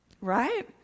Right